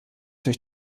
durch